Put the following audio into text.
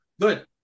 good